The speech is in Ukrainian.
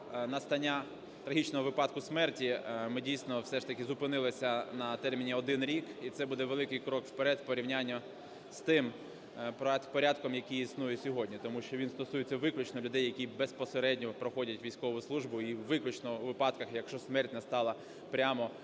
настання трагічного випадку смерті ми, дійсно, все ж таки зупинилися на терміні 1 рік. І це буде великий крок вперед в порівнянні з тим порядком, який існує сьогодні. Тому що він стосується виключно людей, які безпосередньо проходять військову службу, і виключно у випадках, якщо смерть настала прямо